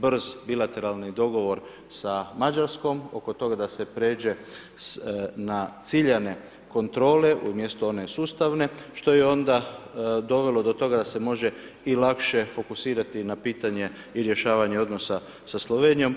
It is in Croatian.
Brz bilateralni dogovor sa Mađarskom oko toga da se pređe na ciljane kontrole umjesto one sustavne što je onda dovelo do toga da se može i lakše fokusirati na pitanje rješavanja odnosa sa Slovenijom.